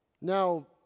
Now